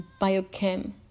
biochem